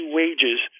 wages